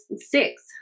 six